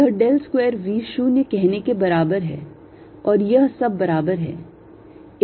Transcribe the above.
यह del square V 0 कहने के बराबर है और यह सब बराबर है